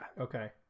Okay